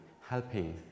helping